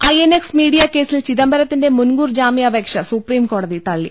I N X media കേസിൽ ചിദംബരത്തിന്റെ മുൻകൂർ ജാമ്യാപേക്ഷ സുപ്രീംകോടതി തള്ളി